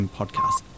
podcast